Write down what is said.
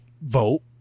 vote